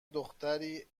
دختری